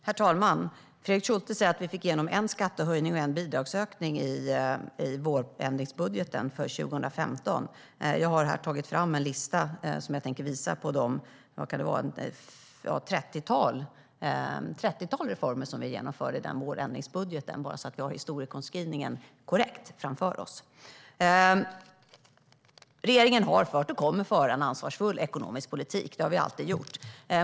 Herr talman! Fredrik Schulte säger att vi fick igenom en skattehöjning och en bidragsökning i vårändringsbudgeten för 2015. Jag har här tagit fram en lista, som jag tänker visa, på det trettiotal reformer som vi genomförde i den vårändringsbudgeten - bara så att vi har en korrekt historieskrivning framför oss. Regeringen har fört och kommer att föra en ansvarsfull ekonomisk politik. Det har vi alltid gjort.